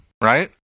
right